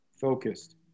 focused